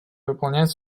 выполнять